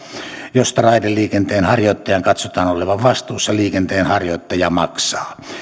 josta raideliikenteenharjoittajan katsotaan olevan vastuussa liikenteenharjoittaja maksaa